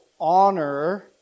honor